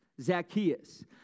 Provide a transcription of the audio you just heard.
Zacchaeus